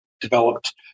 developed